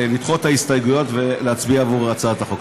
לדחות את ההסתייגויות ולהצביע בעד הצעת החוק.